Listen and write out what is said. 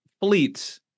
fleets